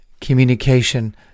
communication